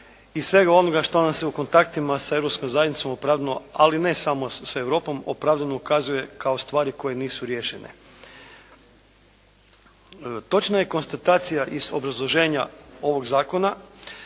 i svega onoga što nam se u kontaktima sa Europskom zajednicom opravdano, ali ne samo sa Europom opravdano ukazuje kao stvari koje nisu riješene. Točna je konstatacija iz obrazloženja ovog zakona